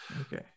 Okay